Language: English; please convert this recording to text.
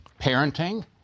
parenting